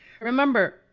Remember